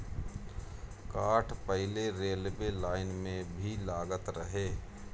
काठ पहिले railway line में भी लागत रहे